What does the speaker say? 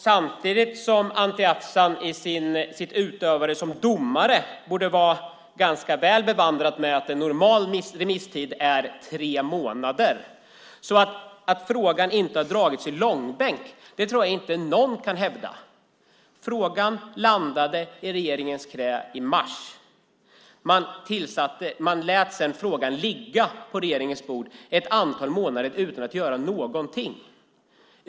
Samtidigt borde Anti Avsan i sin utövning som domare vara väl bevandrad i att en normal remisstid är tre månader. Att frågan inte dragits i långbänk tror jag inte någon kan hävda. Frågan landade i regeringens knä i mars. Sedan fick frågan ligga på regeringens bord i ett antal månader utan att någonting gjordes.